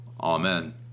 amen